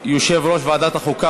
יושב-ראש ועדת החוקה,